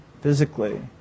physically